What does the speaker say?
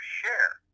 share